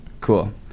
Cool